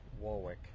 Warwick